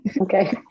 Okay